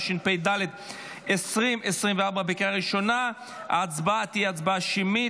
התשפ"ד 2024. ההצבעה תהיה שמית.